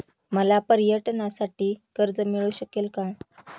मला पर्यटनासाठी कर्ज मिळू शकेल का?